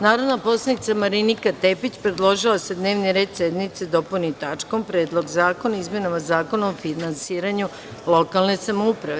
Narodna poslanica Marinika Tepić, predložila je da se dnevni red sednice dopuni tačkom – Predlog zakona o izmenama Zakona o finansiranju lokane samouprave.